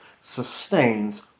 sustains